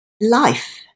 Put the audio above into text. life